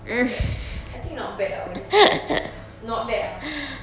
not bad I think not bad ah honestly not bad ah